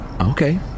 Okay